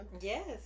Yes